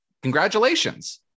congratulations